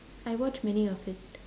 I watched many of it